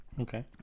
okay